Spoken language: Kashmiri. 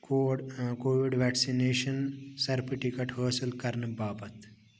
کوڑ ٲں کوٚوِڈ ویٚکسِنیشن سٔرٹفکیٹ حٲصِل کرنہٕ باپتھ